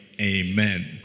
Amen